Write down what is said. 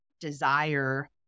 desire